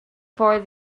for